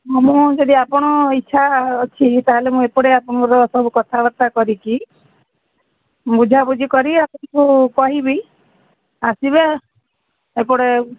ହଁ ମୁଁ ଯଦି ଆପଣ ଇଚ୍ଛା ଅଛି ତା'ହେଲେ ମୁଁ ଏପଟେ ଆପଣଙ୍କର ସବୁ କଥାବାର୍ତ୍ତା କରିକି ବୁଝାବୁଝି କରି ଆପଣଙ୍କୁ କହିବି ଆସିବେ ଏପଟେ